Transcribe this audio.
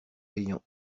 ayant